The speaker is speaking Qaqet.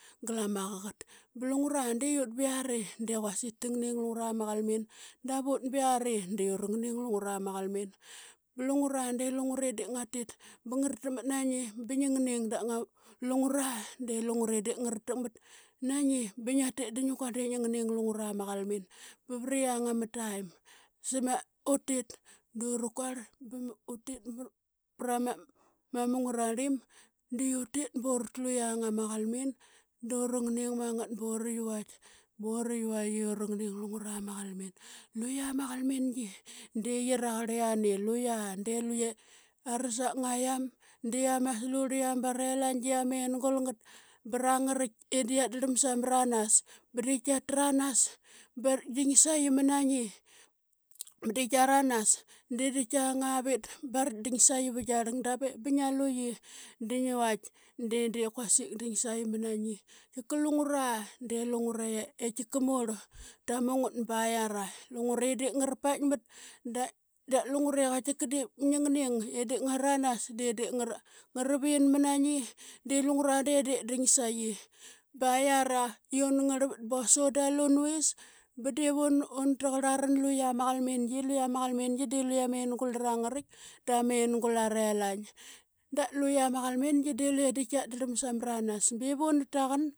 Gal ama qaqat. Ba lungura de ut ba yiari de quasik tanging lungura ma qalmin davut ba yiari de urangning lungura ma qalmin ba lungura de lungure de ngatit ba ngara takmat na ba ngi ning Lungura de lungure da ngara takmat na ngi ba ngia tit da ngia kuarl de ngi ning lungura ma qalmin, ba vara yiang ama taim utit dunu kuarl ba ma utit pra ma mung ngararlim di utit buruu tlu yiang ama qalmin duru ning ngat bora yivaitk bora yivaitk i ura nging lungura ma qalmin. Luqia ma qalmingi de qi raqarliani luqia de luqe ara sakngaiqam di ama skurliam ba ralaing de amengul ngat ba ra ngaritk i da yat drlam sa maranas. Ba diip tranas baritk ding saqi mana ngi ba ditk kia ranas de di kiang aa vit baritk ding saqi va giarlang davip ba ngia lu qi da ngi vaitk de diip kuasik ding sa qi mana ngi. Tika lungura de tika lungure murl tamu ngat ba yiara, lungure de ngara paikmat da lungure qaitika diip ngingning i de ngaranas de di ngara vin mana ngi de lungura de diip ding sa qi. Ba yiara i una ngarl vat ba sunda unuvis ba div una.